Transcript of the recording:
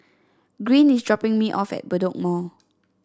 Green is dropping me off at Bedok Mall